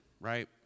right